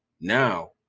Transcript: Now